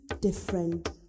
different